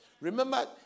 Remember